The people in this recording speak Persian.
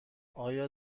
آیا